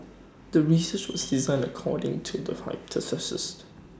the research was designed according to the hypothesis